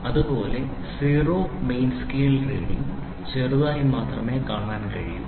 അതുപോലെ zero main scale reading ചെറുതായി മാത്രമേ കാണാൻ കഴിയു